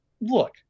look